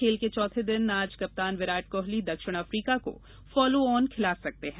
खेल के चौथे दिन आज कप्तान विराट कोहली दक्षिण अफ्रीका को फॉलोऑन खिला सकते हैं